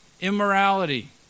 immorality